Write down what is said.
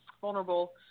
vulnerable